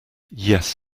yes